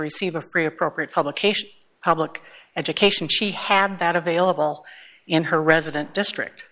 receive a free appropriate publication public education she had that available in her resident district